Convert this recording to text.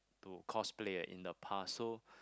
to cosplay in the past so